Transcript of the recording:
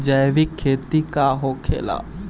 जैविक खेती का होखेला?